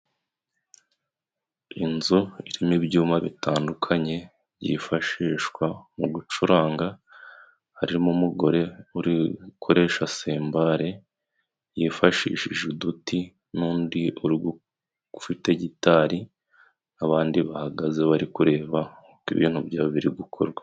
Inzu irimo ibyuma bitandukanye byifashishwa mu gucuranga, harimo umugore uri gukoresha sembare yifashishije uduti n'undi ufite gitari abandi bahagaze bari kureba uko ibintu byabo biri gukorwa.